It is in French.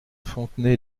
fontenay